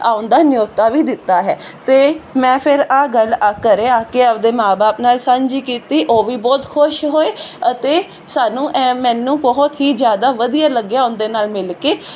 ਆਉਣ ਦੀ ਨਿਓਤਾ ਵੀ ਦਿੱਤਾ ਹੈ ਤੇ ਮੈਂ ਫਿਰ ਆਹ ਗੱਲ ਕਰਿਆ ਕਿ ਆਪਦੇ ਮਾਂ ਬਾਪ ਨਾਲ ਸਾਂਝੀ ਕੀਤੀ ਉਹ ਵੀ ਬਹੁਤ ਖੁਸ਼ ਹੋਏ ਅਤੇ ਸਾਨੂੰ ਮੈਨੂੰ ਬਹੁਤ ਹੀ ਜਿਆਦਾ ਵਧੀਆ ਲੱਗਿਆ ਉਹਦੇ ਨਾਲ ਮਿਲ ਕੇ